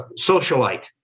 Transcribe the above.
socialite